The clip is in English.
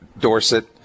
Dorset